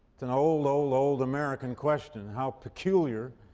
it's an old, old, old american question how peculiar,